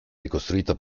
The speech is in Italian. ricostruita